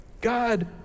God